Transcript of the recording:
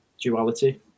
duality